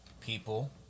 people